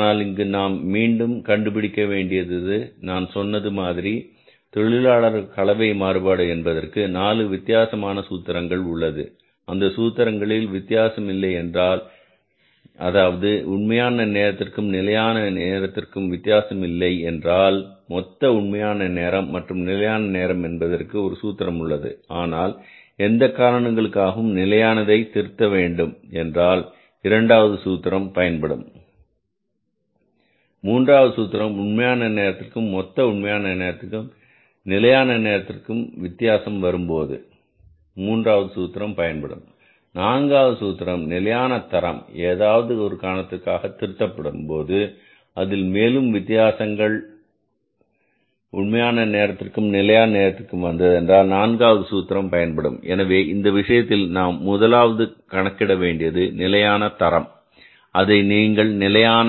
ஆனால் இங்கு நாம் மீண்டும் கண்டுபிடிக்க வேண்டியது நான் சொன்னது மாதிரி தொழிலாளர்கள் கலவை மாறுபாடு என்பதற்கு 4 வித்தியாசமான சூத்திரங்கள் உள்ளது அந்த சூத்திரங்கள் வித்தியாசம் இல்லை என்றால் அதாவது உண்மையான நேரத்திற்கும் நிலையான நேரத்திற்கும் வித்தியாசம் இல்லை என்றால் மொத்த உண்மையான நேரம் மற்றும் நிலையான நேரம் என்பதற்கு ஒரு சூத்திரம் உள்ளது ஆனால் எந்த காரணங்களுக்காகவும் நிலையானதே திருத்த வேண்டும் என்றால் இரண்டாவது சூத்திரம் பயன்படும் மூன்றாவது சூத்திரம் உண்மையான நேரத்திற்கும் மொத்த உண்மையான நேரத்திற்கும் நிலையான நேரத்திற்கும் வித்தியாசம் வரும்போது மூன்றாவது சூத்திரம் பயன்படும் நான்காவது சூத்திரம் நிலையான தரம் ஏதாவது காரணத்திற்காக திருத்தப்படும் போது அதில் மேலும் வித்தியாசங்கள் உண்மையான நேரத்திற்கும் நிலையான நேரத்திற்கும் வந்ததென்றால் நான்காவது சூத்திரம் பயன்படும் எனவே இந்த விஷயத்தில் நாம் முதலாவது கணக்கிட வேண்டியது நிலையான தரம் அதை நீங்கள் நிலையான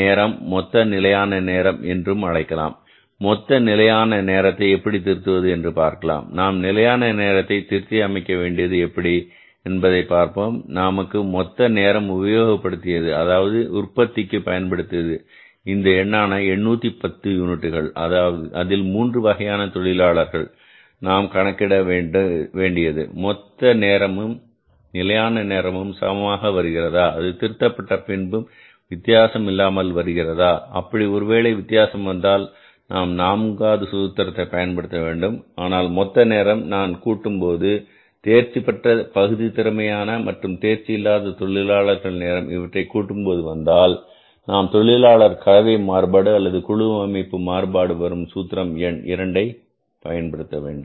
நேரம் மொத்த நிலையான நேரம் என்று அழைக்கலாம் இந்த மொத்த நிலையான நேரத்தை எப்படி திருத்துவது என்று பார்க்கலாம் நாம் நிலையான நேரத்தை திருத்தி அமைக்க வேண்டியது எப்படி என்பதை பார்ப்போம் நமக்கு மொத்த நேரம் உபயோகப்படுத்தியது அதாவது உற்பத்திக்கு பயன்படுத்தியது இந்த எண்ணான 810 யூனிட்டுகள் அதில் 3 வகையான தொழிலாளர்கள் இப்போது நாம் கணக்கிட வேண்டியது மொத்த நேரமும் நிலையான நேரமும் சமமாக வருகிறதா அது திருத்தப்பட்ட பின்பும் வித்தியாசம் இல்லாமல் வருகிறதா அப்படி ஒருவேளை வித்தியாசம் வந்தால் நாம் நான்காவது சூத்திரத்தை பயன்படுத்த வேண்டும் ஆனால் மொத்த நேரத்தை நாம் கூட்டும்போது தேர்ச்சிபெற்ற பகுதி திறமையான மற்றும் தேர்ச்சி இல்லாத தொழிலாளர்கள் நேரம் இவற்றை கூட்டும்போது வந்தால் நாம் தொழிலாளர் கலவை மாறுபாடு அல்லது குழு அமைப்பு மாறுபாடு வரும் சூத்திரம் எண் இரண்டை பயன்படுத்த வேண்டும்